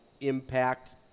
impact